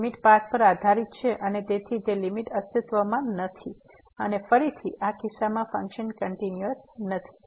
તેથી limit path પર આધારીત છે અને તેથી તે લીમીટ અસ્તિત્વમાં નથી અને ફરીથી આ કિસ્સામાં ફંક્શન કંટીન્યુઅસ નથી